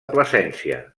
plasència